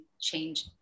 change